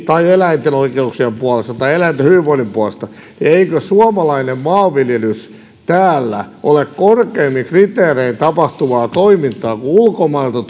tai eläinten oikeuksien puolesta tai eläinten hyvinvoinnin puolesta niin eikö suomalainen maanviljelys täällä ole korkeammin kriteerein tapahtuvaa toimintaa kuin ulkomailta